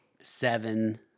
Seven